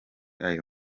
ayo